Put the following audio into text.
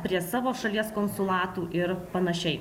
prie savo šalies konsulatų ir panašiai